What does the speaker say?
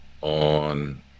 on